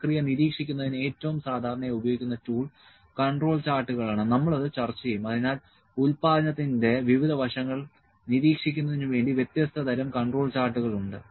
പ്രക്രിയ നിരീക്ഷിക്കുന്നതിന് ഏറ്റവും സാധാരണയായി ഉപയോഗിക്കുന്ന ടൂൾ കൺട്രോൾ ചാർട്ടുകൾ ആണ് നമ്മൾ അത് ചർച്ച ചെയ്യും അതിനാൽ ഉൽപാദനത്തിന്റെ വിവിധ വശങ്ങൾ നിരീക്ഷിക്കുന്നതിന് വേണ്ടി വ്യത്യസ്ത തരം കൺട്രോൾ ചാർട്ടുകൾ ഉണ്ട്